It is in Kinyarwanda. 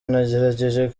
nagerageje